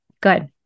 good